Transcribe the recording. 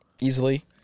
Easily